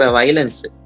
violence